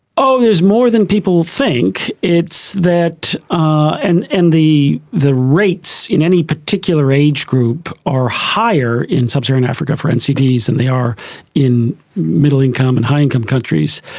oh there is more than people think, it's that, and and the the rates in any particular age group are higher in sub-saharan africa for ncds than and they are in middle income and higher income countries.